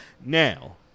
Now